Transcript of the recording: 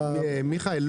מיכאל,